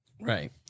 Right